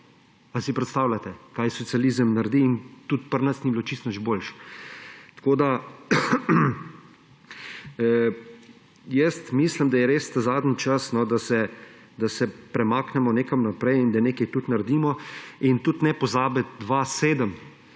Si predstavljate, kaj socializem naredi? In tudi pri nas ni bilo čisto nič boljše. Mislim, da je res zadnji čas, da se premaknemo nekam naprej in da nekaj tudi naredimo. Tudi ne pozabiti, 2007